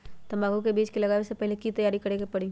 तंबाकू के बीज के लगाबे से पहिले के की तैयारी करे के परी?